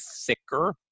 thicker